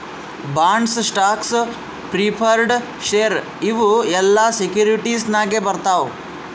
bonds, stocks, preferred share ಇವು ಎಲ್ಲಾ securities ನಾಗೆ ಬರ್ತಾವ್